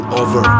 over